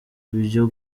ibyo